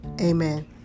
amen